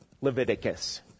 Leviticus